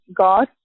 god